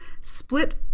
split